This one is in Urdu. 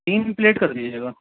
تین پلیٹ کر دیجیے گا